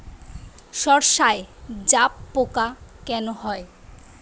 সর্ষায় জাবপোকা কেন হয়?